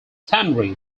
tannery